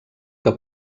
que